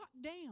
down